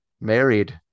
married